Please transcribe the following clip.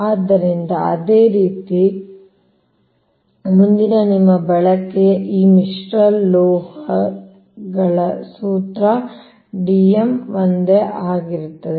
ಆದ್ದರಿಂದ ಅದೇ ರೀತಿ ಅಂದರೆ ಮುಂದಿನ ನಿಮ್ಮ ಬಳಕೆಯ ಈ ಮಿಶ್ರಲೋಹಗಳ ಅದೇ ಸೂತ್ರ Dm ಒಂದೇ ಆಗಿರುತ್ತದೆ